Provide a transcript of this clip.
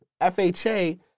FHA